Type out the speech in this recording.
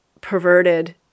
perverted